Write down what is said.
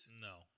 No